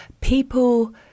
people